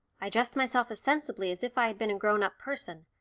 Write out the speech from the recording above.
i dressed myself as sensibly as if i had been a grown-up person,